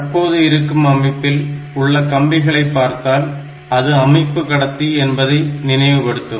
தற்போது இருக்கும் அமைப்பில் உள்ள கம்பிகளை பார்த்தால் அது அமைப்பு கடத்தி என்பதை நினைவுபடுத்தும்